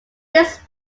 this